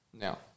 Now